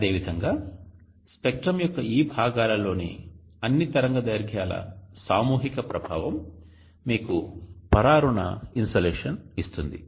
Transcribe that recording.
అదేవిధంగా స్పెక్ట్రం యొక్క ఈ భాగాలలోని అన్ని తరంగదైర్ఘ్యాల సామూహిక ప్రభావం మీకు పరారుణ ఇన్సోలేషన్ ఇస్తుంది